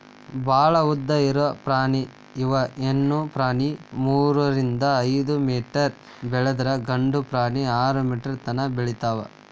ಭಾಳ ಉದ್ದ ಇರು ಪ್ರಾಣಿ ಇವ ಹೆಣ್ಣು ಪ್ರಾಣಿ ಮೂರರಿಂದ ಐದ ಮೇಟರ್ ಬೆಳದ್ರ ಗಂಡು ಪ್ರಾಣಿ ಆರ ಮೇಟರ್ ತನಾ ಬೆಳಿತಾವ